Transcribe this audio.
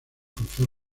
cruzar